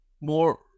more